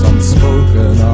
Unspoken